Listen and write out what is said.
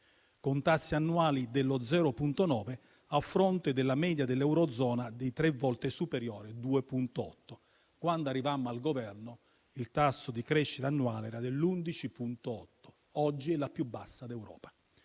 con tassi annuali dello 0,9 per cento, a fronte della media dell'eurozona di tre volte superiore (2,8). Quando arrivammo al Governo, il tasso di crescita annuale era dell'11,8; oggi è la più bassa d'Europa.